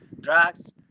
drugs